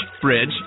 Bridge